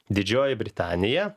didžioji britanija